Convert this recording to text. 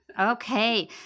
Okay